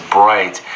bright